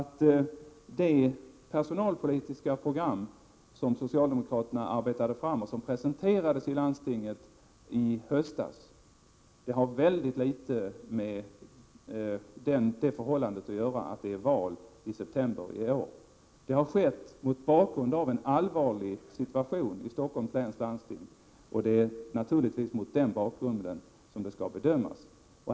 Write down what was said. Det personalpolitiska program som socialdemokraterna arbetade fram och som presenterades i landstinget i höstas har mycket litet med det förhållandet att göra att det är val i september i år. Programmet har tagits fram mot bakgrund av en allvarlig situation i Stockholms läns landsting, och det är naturligtvis mot den bakgrunden som det skall bedömas.